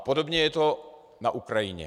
A podobně je to na Ukrajině.